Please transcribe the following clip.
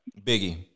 Biggie